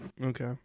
Okay